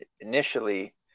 initially